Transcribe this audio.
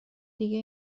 دیگه